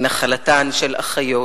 היא נחלתן של אחיות